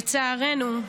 לצערנו,